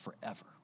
forever